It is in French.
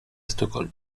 stockholm